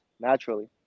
naturally